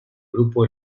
grupo